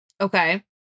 Okay